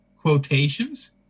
quotations